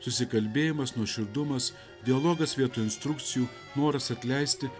susikalbėjimas nuoširdumas dialogas vietoj instrukcijų noras atleisti